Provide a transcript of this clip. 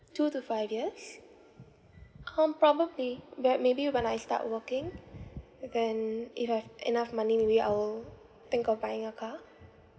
two to five years hmm probably but maybe when I start working then if I've enough money maybe I will think of buying a car